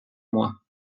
mois